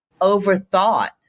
overthought